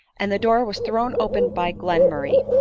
and the door was thrown open by glenmurray.